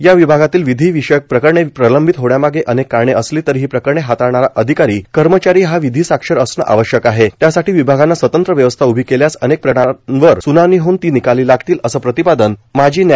या विभागातील विधिविषयक प्रकरणे प्रलंबित होण्यामागे अनेक कारणे असली तरी ही प्रकरणे हाताळणारा अधिकारी कर्मचारी हा विधिसाक्षर असणे आवश्यक आहेण् त्यासाठी विभागाने स्वतंत्र व्यवस्था उभी केल्यास अनेक प्रकरणांवर सुनावणी होऊन ती निकाली लागतील असं प्रतिपादन माजी न्या